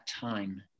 time